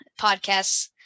podcasts